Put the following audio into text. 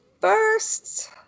first